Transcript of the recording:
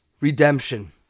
redemption